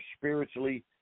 spiritually